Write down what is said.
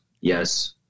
yes